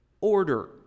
order